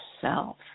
self